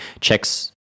checks